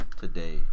today